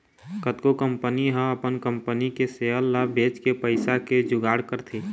कतको कंपनी ह अपन कंपनी के सेयर ल बेचके पइसा के जुगाड़ करथे